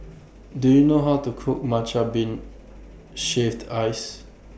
Do YOU know How to Cook Matcha Bean Shaved Ice